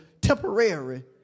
temporary